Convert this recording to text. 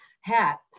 hat